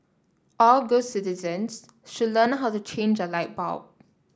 all good citizens should learn how to change a light bulb